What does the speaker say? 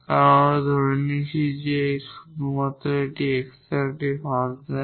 কারণ আমরা ধরে নিয়েছি যে আমি শুধুমাত্র x এর একটি ফাংশন